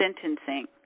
sentencing